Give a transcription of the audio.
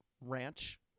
ranch